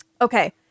Okay